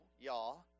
y'all